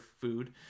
food